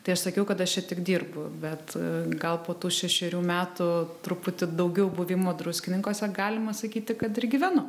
tai aš sakiau kad aš čia tik dirbu bet gal po tų šešerių metų truputį daugiau buvimo druskininkuose galima sakyti kad ir gyvenu